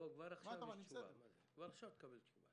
כבר עכשיו תקבל תשובה.